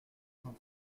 cent